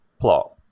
plot